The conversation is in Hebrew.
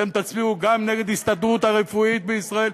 אתם תצביעו גם נגד ההסתדרות הרפואית בישראל.